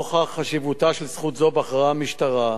נוכח חשיבותה של זכות זו בחרה המשטרה,